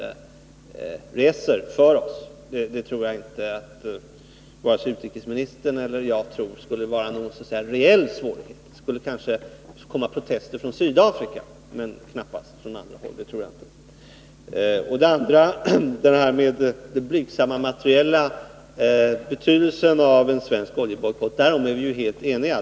Det tror jag inte, och det tror nog inte heller utrikesministern, skulle bereda några större svårigheter. Det kanske kommer protester från Sydafrika men knappast från något annat håll. Vi är helt överens om att betydelsen av en svensk oljebojkott materiellt sett skulle bli mycket blygsam.